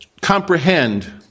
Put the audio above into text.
comprehend